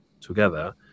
together